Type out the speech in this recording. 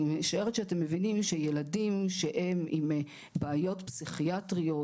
אני משערת שאתם מבינים שילדים שהם עם בעיות פסיכיאטריות